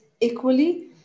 equally